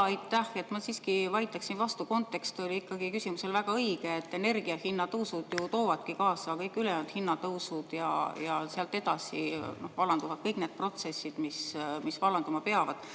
Aitäh! Ma siiski vaidleksin vastu, kontekst oli küsimusel ikkagi väga õige. Energia hinna tõusud ju toovadki kaasa kõik ülejäänud hinnatõusud ja sealt edasi vallanduvad kõik need protsessid, mis vallanduma peavad.